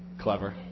clever